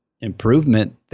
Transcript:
improvement